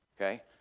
Okay